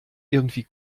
irgendwie